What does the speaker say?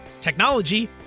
technology